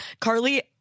Carly